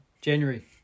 January